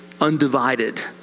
undivided